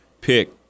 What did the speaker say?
pick